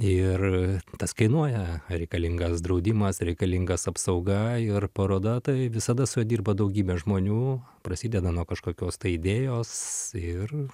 ir tas kainuoja reikalingas draudimas reikalingas apsauga ir paroda tai visada su ja dirba daugybę žmonių prasideda nuo kažkokios idėjos ir